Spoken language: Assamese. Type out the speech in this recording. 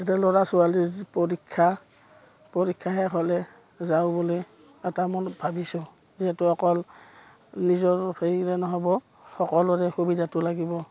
এতিয়া ল'ৰা ছোৱালীৰ পৰীক্ষা পৰীক্ষা শেষ হ'লে যাওঁ বুলি এটা মনত ভাবিছোঁ যিহেতু অকল নিজৰ হেৰিৰে নহ'ব সকলোৰে সুবিধাটো লাগিব